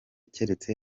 keretse